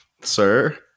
Sir